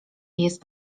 jest